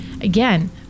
again